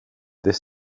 det